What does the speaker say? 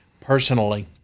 personally